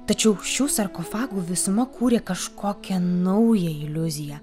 tačiau šių sarkofagų visuma kūrė kažkokią naują iliuziją